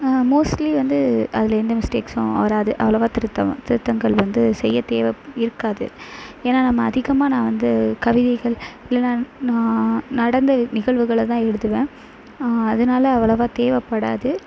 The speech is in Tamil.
மோஸ்ட்லி வந்து அதில் எந்த மிஸ்டேக்ஸும் வராது அவ்வளவா திருத்தம் திருத்தங்கள் வந்து செய்ய தேவை இருக்காது ஏன்னா நம்ம அதிகமாக நான் வந்து கவிதைகள் இல்லைனா நான் நடந்த நிகழ்வுகளை தான் எழுதுவேன் அதனால் அவ்வளவா தேவைப்படாது